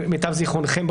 למיטב זיכרונכם,